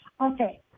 Okay